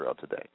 today